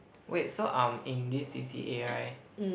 wait so um in this C_C_A right